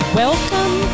welcome